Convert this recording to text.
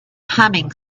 humming